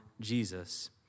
Jesus